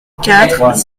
quatre